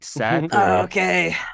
okay